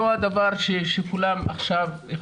הדבר שכולם עכשיו,